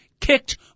kicked